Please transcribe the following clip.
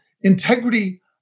Integrity